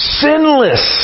sinless